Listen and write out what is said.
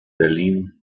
berlin